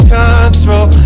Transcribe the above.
control